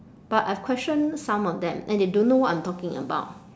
but I've questioned some of them and they don't know what I'm talking about